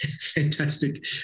fantastic